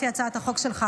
לפי הצעת החוק שלך,